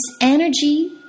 energy